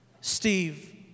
Steve